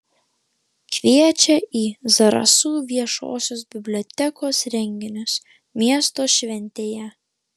kviečia į zarasų viešosios bibliotekos renginius miesto šventėje